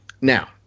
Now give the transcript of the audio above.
Now